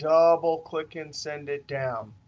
double click and send it down.